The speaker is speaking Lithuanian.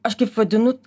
aš kaip vadinu